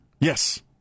Yes